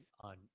on